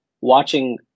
watching